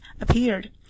appeared